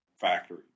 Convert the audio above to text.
factory